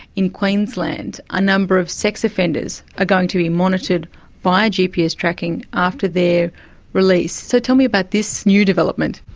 in queensland, a number of sex offenders are going to be monitored via gps tracking after their release. so, tell me about this new development.